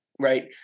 right